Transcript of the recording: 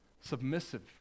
submissive